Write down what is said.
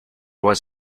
was